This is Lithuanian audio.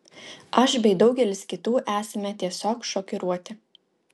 aš bei daugelis kitų esame tiesiog šokiruoti